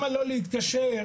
זה התקן.